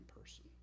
person